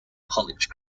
college